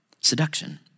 Seduction